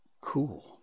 cool